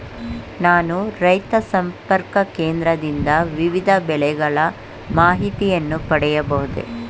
ನಾನು ರೈತ ಸಂಪರ್ಕ ಕೇಂದ್ರದಿಂದ ವಿವಿಧ ಬೆಳೆಗಳ ಮಾಹಿತಿಯನ್ನು ಪಡೆಯಬಹುದೇ?